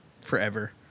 forever